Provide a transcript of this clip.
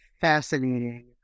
fascinating